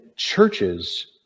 Churches